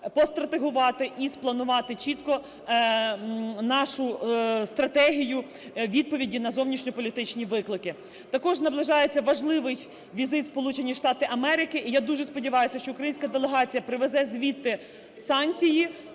постратегувати і спланувати чітко нашу стратегію відповіді на зовнішньополітичні виклики. Також наближається важливий візит в Сполучені Штати Америки, і я дуже сподіваюся, що українська делегація привезе звідти санкції,